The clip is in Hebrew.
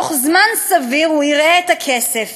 בתוך זמן סביר הוא יראה את הכסף.